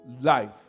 life